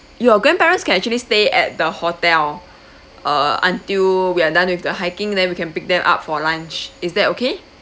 your grandparents can actually stay at the hotel uh until we are done with the hiking then we can pick them up for lunch is that okay